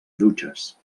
dutxes